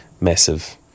massive